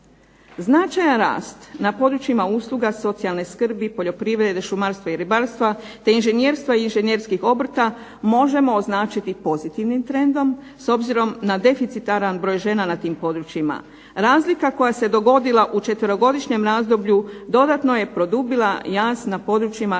Značajan rast na području usluga socijalne skrbi, poljoprivrede, šumarstva i ribarstva, te inženjerstva i inženjerskih obrta možemo označiti pozitivnim trendom s obzirom na deficitaran broj žena na tim područjima. Razlika koja se dogodila u četverogodišnjem razdoblju dodatno je produbila jaz na područjima